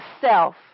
self